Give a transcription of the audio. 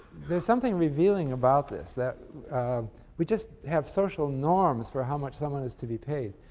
there's something revealing about this that we just have social norms for how much someone is to be paid.